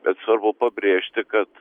bet svarbu pabrėžti kad